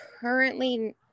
currently